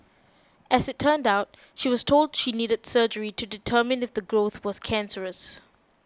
as it turned out she was told she needed surgery to determine if the growth was cancerous